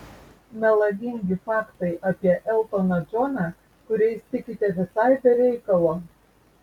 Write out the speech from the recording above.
melagingi faktai apie eltoną džoną kuriais tikite visai be reikalo